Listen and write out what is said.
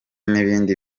n’ibindi